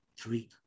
three